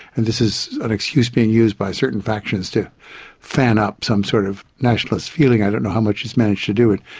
and this is an excuse being used by certain factions to fan up some sort of nationalist feeling, i don't know how much it's managed to do it.